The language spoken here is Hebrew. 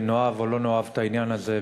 אם נאהב או לא נאהב את העניין הזה,